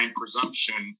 presumption